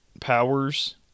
powers